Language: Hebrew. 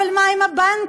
אבל מה עם הבנקים?